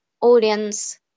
audience